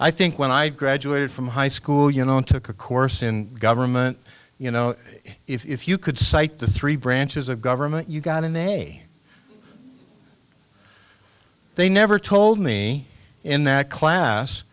i think when i graduated from high school you know it took a course in government you know if you could cite the three branches of government you got in they they never told me in that class